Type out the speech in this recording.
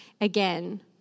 again